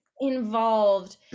involved